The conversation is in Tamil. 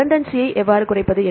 ரிடென்சி ஐ எவ்வாறு குறைப்பது